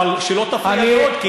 אבל שלא תפריע לי עוד,